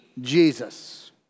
Jesus